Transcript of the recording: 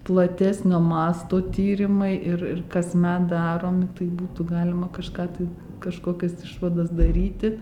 platesnio masto tyrimai ir ir kasmet daromi tai būtų galima kažką tai kažkokias išvadas daryti